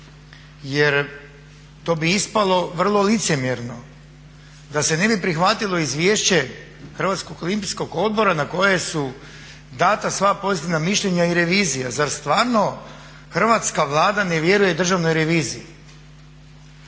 Jer to bi ispalo vrlo licemjerno, da se ne bi prihvatilo izvješće HOO-a na koje su dana sva pozitivna mišljenja i revizija. Zar stvarno Hrvatska vlada ne vjeruje državnoj reviziji.